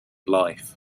life